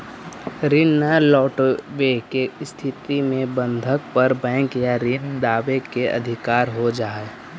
ऋण न लौटवे के स्थिति में बंधक पर बैंक या ऋण दावे के अधिकार हो जा हई